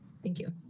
thank you.